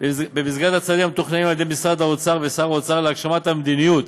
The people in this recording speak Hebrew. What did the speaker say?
במסגרת הצעדים המתוכננים על-ידי משרד האוצר ושר האוצר להגשמת המדיניות